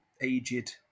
aged